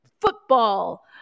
football